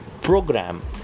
program